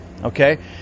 okay